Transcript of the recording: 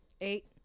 Eight